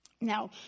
Now